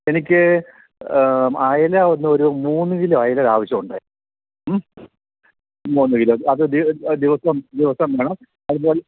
എനിക്ക് അയല ഒന്ന് ഒരു മൂന്ന് കിലോ അയല ആവശ്യമുണ്ടേ ഉം മൂന്ന് കിലോ അത് ദിവസം ദിവസവും വേണം അതുപോലെ